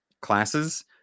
classes